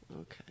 Okay